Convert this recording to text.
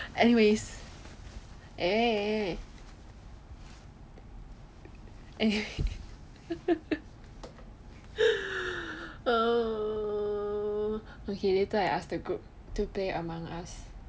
anyways eh anyways err okay later I ask the group to play among us